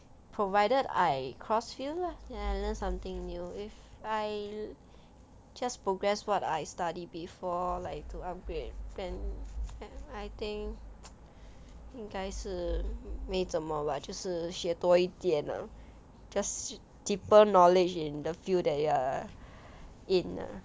provided I cross field lah ya learn something new if I just progress what I study before like to upgrade then I think 应该是没怎么吧就是学多一点 uh just deeper knowledge in the field that ya in ah